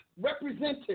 represented